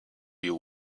you